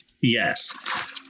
Yes